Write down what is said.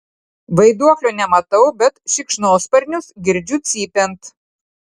vaiduoklio nematau bet šikšnosparnius girdžiu cypiant